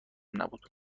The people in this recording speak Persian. نبود